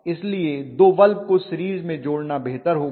इसलिए दो बल्ब को सीरीज में जोड़ना बेहतर रहेगा